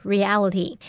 Reality